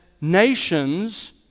nations